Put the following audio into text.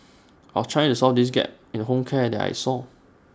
I was trying to solve this gap in home care that I saw